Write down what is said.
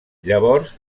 llavors